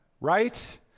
right